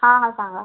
हां हां सांगा